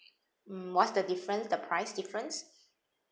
hmm what's the difference the price difference